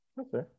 Okay